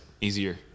easier